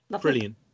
brilliant